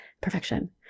perfection